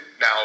now